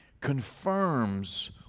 confirms